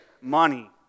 Money